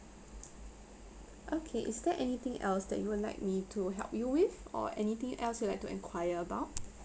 okay is there anything else that you would like me to help you with or anything else you'd like to enquire about